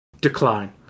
decline